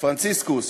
פרנציסקוס,